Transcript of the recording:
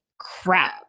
crap